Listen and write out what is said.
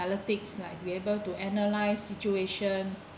analytics to be able to analyze situation